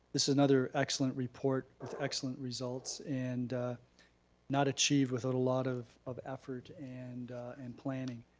this is another excellent report with excellent results and not achieved without a lot of of effort and and planning.